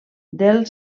del